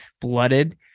blooded